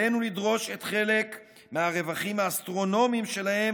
עלינו לדרוש שחלק מהרווחים האסטרונומיים שלהם